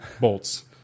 bolts